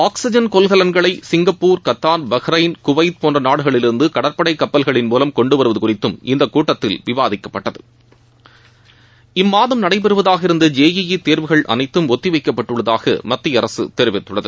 oxygen கொள்கலன்களை Singapore Qatar Bahrain Kuwait போன்ற நாடுகளிலிருந்து கடற்படை கப்பல்களின் மூலம் கொண்டு வருவது குறித்தும் இந்த கூட்டத்தில் விவாதிக்கப்பட்டது இம்மாதம் நடைபெறுவதாக இருந்த ஜே இ இ தேர்வுகள் அனைத்தும் ஒத்தி வைக்கப்பட்டுள்ளதாக மத்திய அரசு தெரிவித்துள்ளது